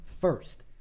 first